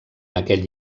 aquell